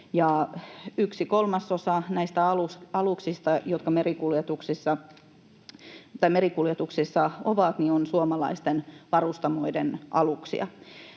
yksi kolmasosa näistä aluksista, jotka ovat merikuljetuksissa, on suomalaisten varustamoiden aluksia.